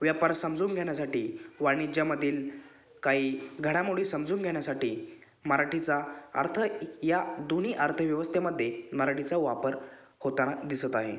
व्यापार समजून घेण्यासाठी वाणिज्यामधील काही घडामोडी समजून घेण्यासाठी मराठीचा अर्थ या दोन्ही अर्थव्यवस्थेमध्ये मराठीचा वापर होताना दिसत आहे